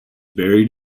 buried